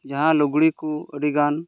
ᱡᱟᱦᱟᱸ ᱞᱩᱜᱽᱲᱤ ᱠᱚ ᱟᱹᱰᱤ ᱜᱟᱱ